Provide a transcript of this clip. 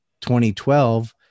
2012